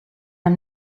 him